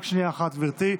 רק שנייה אחת, גברתי.